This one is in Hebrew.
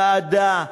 ועדה,